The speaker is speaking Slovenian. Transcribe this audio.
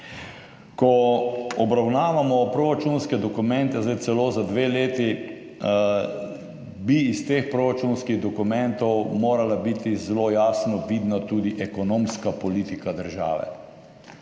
Ko obravnavamo proračunske dokumente, zdaj celo za dve leti, bi iz teh proračunskih dokumentov morala biti zelo jasno vidna tudi ekonomska politika države.